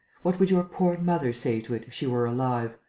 what would your poor mother say to it, if she were alive?